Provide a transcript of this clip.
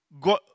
God